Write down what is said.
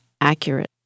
accurate